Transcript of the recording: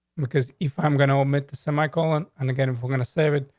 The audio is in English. because if i'm gonna admit to semicolon on again if we're gonna save it,